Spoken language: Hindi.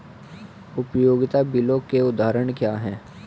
उपयोगिता बिलों के उदाहरण क्या हैं?